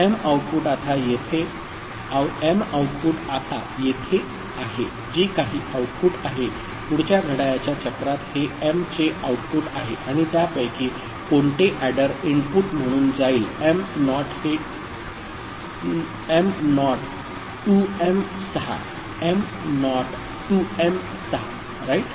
m output आता येथे आहे जे काही आउटपुट आहे पुढच्या घड्याळाच्या चक्रात हे m चे आउटपुट आहे आणि त्या पैकी कोणते एडर इनपुट म्हणून जाईल M naught to M 6 M naught to M 6 right